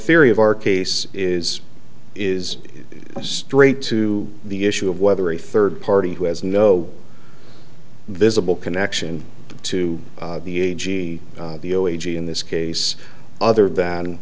theory of our case is is straight to the issue of whether a third party who has no visible connection to the a g the o a g in this case other than